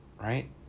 right